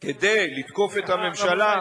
כדי לתקוף את הממשלה,